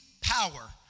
power